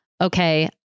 okay